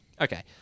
Okay